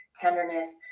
tenderness